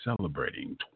celebrating